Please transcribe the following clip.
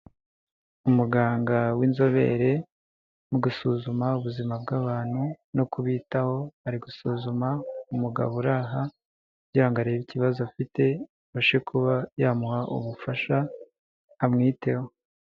Umuganga w'inzobere mu gusuzuma ubuzima bw'abantu no kubitaho ari gusuzuma umugabo uri aha kugirango ngo arebe ikibazo afite abashe kuba yamuha ubufasha amwiteho.